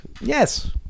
Yes